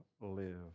live